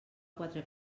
quatre